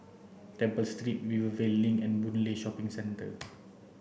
Temple Street Rivervale Link and Boon Lay Shopping Centre